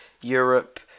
Europe